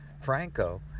Franco